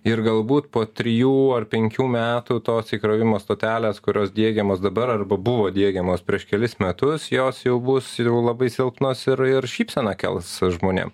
ir galbūt po trijų ar penkių metų tos įkrovimo stotelės kurios diegiamos dabar arba buvo diegiamos prieš kelis metus jos jau bus labai silpnos ir ir šypseną kels žmonėm